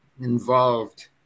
involved